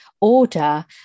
order